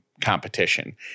competition